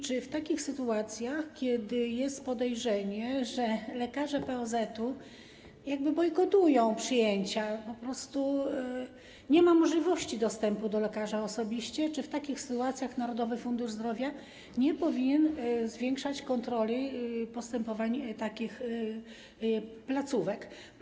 Czy w takich sytuacjach, kiedy jest podejrzenie, że lekarze POZ jakby bojkotują przyjęcia - po prostu nie ma możliwości dostępu do lekarza osobiście - Narodowy Fundusz Zdrowia nie powinien zwiększać kontroli postępowania takich placówek?